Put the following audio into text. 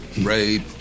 rape